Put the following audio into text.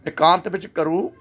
ਇਕਾਂਤ ਵਿੱਚ ਕਰੋ